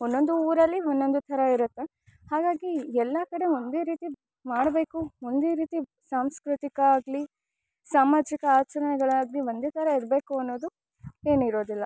ಒಂದೊಂದು ಊರಲ್ಲಿ ಒಂದೊಂದು ಥರ ಇರುತ್ತೆ ಹಾಗಾಗಿ ಎಲ್ಲ ಕಡೆ ಒಂದೇ ರೀತಿದು ಮಾಡಬೇಕು ಒಂದೇ ರೀತಿ ಸಾಂಸ್ಕೃತಿಕ ಆಗಲಿ ಸಾಮಾಜಿಕ ಆಚರಣೆಗಳಾಗಲಿ ಒಂದೇ ಥರ ಇರಬೇಕು ಅನ್ನೋದು ಏನಿರೋದಿಲ್ಲ